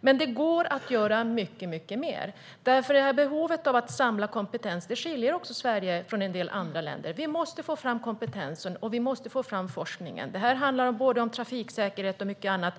Men det går att göra mycket mer. Vad gäller behovet av att samla kompetens skiljer sig Sverige från en del andra länder. Vi måste få fram kompetensen och forskningen, och det handlar om trafiksäkerhet och mycket annat.